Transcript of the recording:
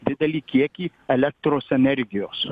didelį kiekį elektros energijos